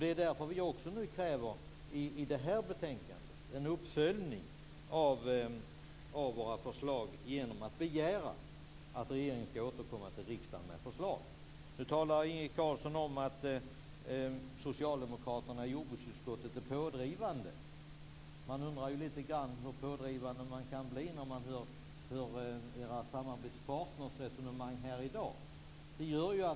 Det är därför vi i det här betänkandet kräver en uppföljning av våra förslag genom att begära att regeringen skall återkomma till riksdagen med förslag. Nu talar Inge Carlsson om att socialdemokraterna i jordbruksutskottet är pådrivande. Man undrar lite grann hur pådrivande det går att bli när man hör era samarbetspartners resonemang i dag.